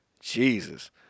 Jesus